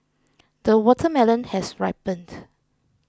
the watermelon has ripened